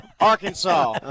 Arkansas